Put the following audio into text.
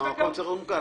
המקום צריך להיות מוכר.